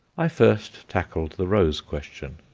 i first tackled the rose question.